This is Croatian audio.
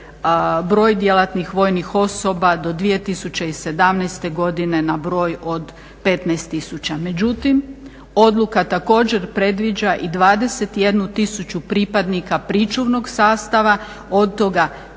broj djelatnih vojnih osoba do 2017.godine na broj od 15 tisuća. Međutim, odluka također predviđa i 21 tisuću pripadnika Pričuvnog sastava od toga